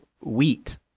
wheat